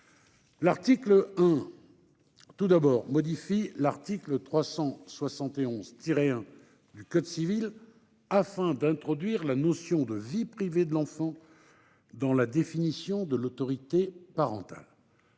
L'article 1 modifie l'article 371-1 du code civil afin d'introduire la notion de « vie privée » de l'enfant dans la définition de l'autorité parentale.